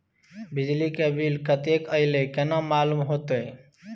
बिजली के बिल कतेक अयले केना मालूम होते?